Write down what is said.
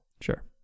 Sure